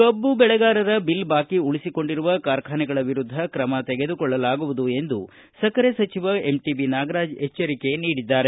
ಕಬ್ಬು ಬೆಳೆಗಾರರ ಬಿಲ್ ಬಾಕಿ ಉಳಿಸಿಕೊಂಡಿರುವ ಕಾರ್ಖಾನೆಗಳ ವಿರುದ್ದ ಕ್ರಮ ತೆಗೆದುಕೊಳ್ಳಲಾಗುವುದು ಎಂದು ಸಕ್ಕರೆ ಸಚಿವ ಎಂಟಿಬಿ ನಾಗರಾಜ್ ಎಚ್ವರಿಕೆ ನೀಡಿದ್ದಾರೆ